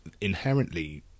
inherently